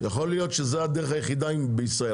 יכול להיות שזו הדרך היחידה בישראל.